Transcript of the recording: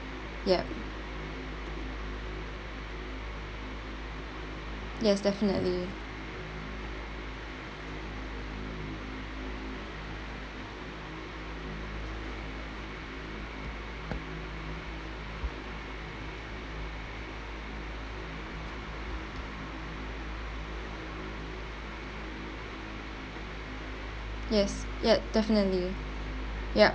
ya yes definitely yes ya definitely yup